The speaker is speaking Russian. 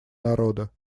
народа